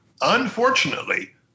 Unfortunately